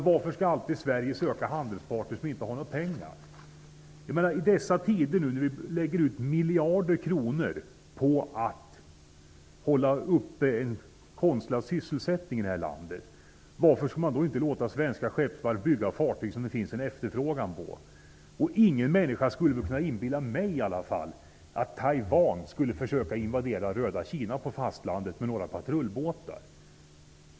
Varför skall Sverige alltid söka handelspartner som inte har några pengar? Varför låter man inte svenska skeppsvarv bygga fartyg som det finns en efterfrågan på, i dessa tider när miljarder kronor läggs ut på en konstlad sysselsättning i detta land? Ingen människa skulle i alla fall kunna inbilla mig att Taiwan skulle försöka invadera röda Kina på fastlandet med några patrullbåtar.